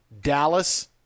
Dallas